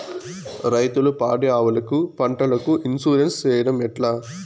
రైతులు పాడి ఆవులకు, పంటలకు, ఇన్సూరెన్సు సేయడం ఎట్లా?